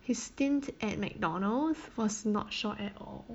his stint at McDonald's was not short at all